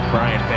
Brian